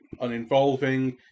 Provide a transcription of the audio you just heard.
uninvolving